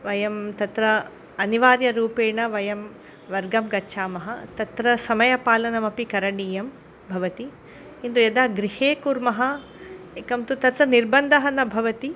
वयं तत्र अनिवार्यरूपेण वयं वर्गं गच्छामः तत्र समयपालनमपि करणीयं भवति किन्तु यदा गृहे कुर्मः एकं तु तत्र निर्बन्धः न भवति